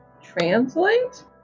translate